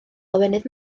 lawenydd